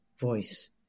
voice